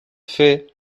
fer